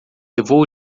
levou